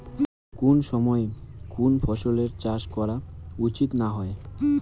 কুন সময়ে কুন ফসলের চাষ করা উচিৎ না হয়?